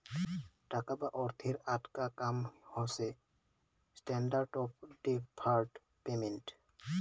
টাকা বা অর্থের আকটা কাম হসে স্ট্যান্ডার্ড অফ ডেফার্ড পেমেন্ট